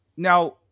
Now